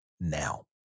now